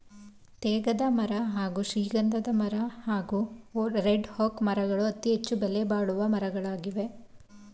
ತೇಗದಮರ ಹಾಗೂ ಶ್ರೀಗಂಧಮರ ಹಾಗೂ ರೆಡ್ಒಕ್ ಮರಗಳು ಅತಿಹೆಚ್ಚು ಬೆಲೆಬಾಳೊ ಮರಗಳಾಗವೆ